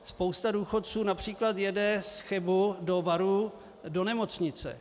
Spousta důchodců například jede z Chebu do Varů do nemocnice.